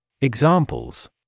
Examples